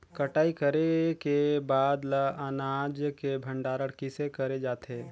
कटाई करे के बाद ल अनाज के भंडारण किसे करे जाथे?